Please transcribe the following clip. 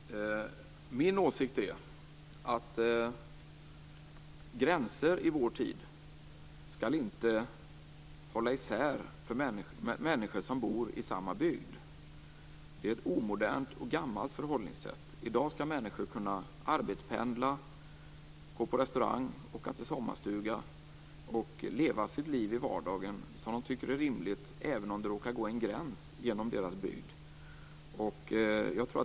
Fru talman! Min åsikt är att gränser i vår tid inte skall hålla isär människor som bor i samma bygd. Det är ett omodernt och gammalt förhållningssätt. I dag skall människor kunna arbetspendla, gå på restaurang, åka till sin sommarstuga och leva sitt liv i vardagen som de tycker är rimligt, även om det råkar gå en gräns genom deras bygd.